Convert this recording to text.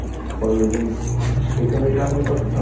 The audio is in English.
for reasons you can read about in the book,